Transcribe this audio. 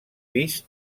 pis